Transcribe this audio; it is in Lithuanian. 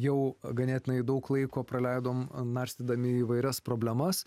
jau ganėtinai daug laiko praleidom narstydami įvairias problemas